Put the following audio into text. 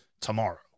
tomorrow